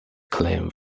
claim